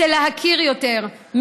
רוצה להכיר יותר,